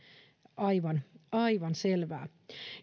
aivan aivan selvää